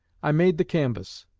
i made the canvass.